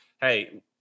hey